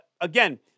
again